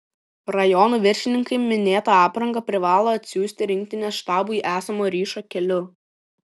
rajonų viršininkai minėtą aprangą privalo atsiųsti rinktinės štabui esamu ryšio keliu